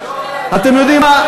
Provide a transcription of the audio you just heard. אתם יודעים מה?